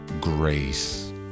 grace